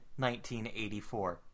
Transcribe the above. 1984